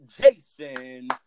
Jason